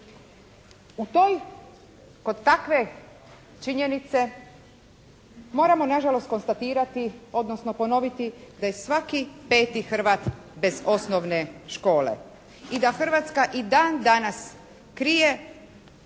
U toj, kod takve činjenice moramo na žalost konstatirati, odnosno ponoviti da je svaki peti Hrvat bez osnovne škole i da Hrvatska i dan danas krije